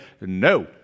no